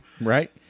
right